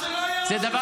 אז שלא יהיה ראש ממשלה.